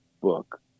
book